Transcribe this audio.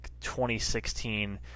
2016